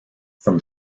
from